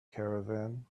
caravan